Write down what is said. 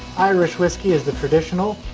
irish whiskey is the traditional.